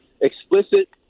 explicit